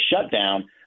shutdown